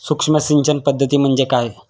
सूक्ष्म सिंचन पद्धती म्हणजे काय?